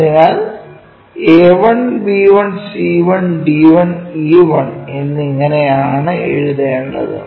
അതിനാൽ a1 b1 c1 d1 e1 എന്നിങ്ങിനെ ആണ് എഴുതേണ്ടത്